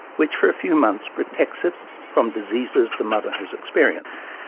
which for a few months protects it from diseases the mother has experienced.